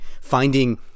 finding